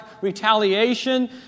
retaliation